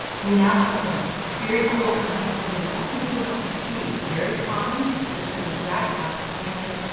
we now have some very cool science looking at, what can we do about fatigue? very common, persistent effect after cancer.